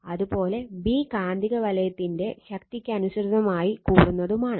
അതുപോലെ B കാന്തിക വലയത്തിന്റെ ശക്തിക്കനുസൃതമായി കൂടുന്നതും ആണ്